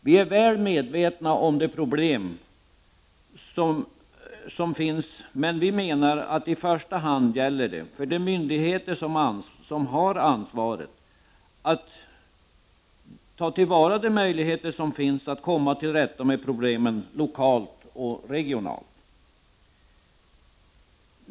Vi är väl medvetna om problemen, men vi menar att det i första hand gäller för de myndigheter som har detta ansvar att ta till vara de möjligheter som finns att komma till rätta med problemen lokalt och regionalt.